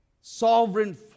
sovereign